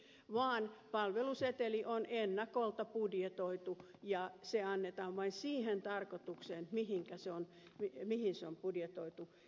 ei vaan palveluseteli on ennakolta budjetoitu ja se annetaan vain siihen tarkoitukseen mihin se on budjetoitu